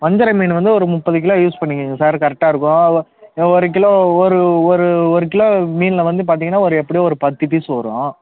வஞ்சிர மீன் வந்து ஒரு முப்பது கிலோ யூஸ் பண்ணிக்கங்க சார் கரெக்டாக இருக்கும் ஒரு கிலோ ஒரு ஒரு ஒரு கிலோ மீனில் வந்து பார்த்தீங்கன்னா ஒரு எப்படியும் ஒரு பத்து பீஸு வரும்